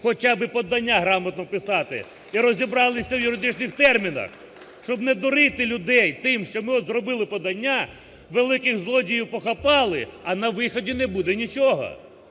хоча б подання грамотно писати і розібралися в юридичних термінах, щоб не дурити людей тим, що ми от зробили подання, великих злодіїв похапали, а на виході не буде нічого.